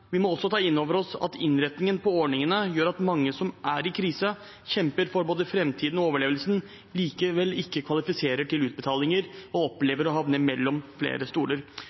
Vi må ta inn over oss at innretningen på ordningen gjør at mange som er i krise, kjemper for både framtiden og overlevelsen, men likevel ikke kvalifiserer til utbetalinger og opplever å havne mellom to stoler.